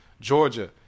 Georgia